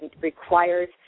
requires